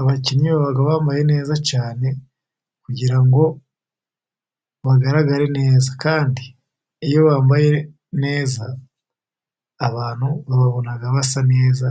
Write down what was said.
Abakinnyi baba bambaye neza cyane . kugira ngo bagaragare neza kandi iyo bambaye neza abantu bababona basa neza